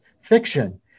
fiction